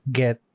get